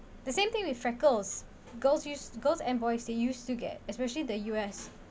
the same thing with freckles girls use girls and boys they used to get especially the U_S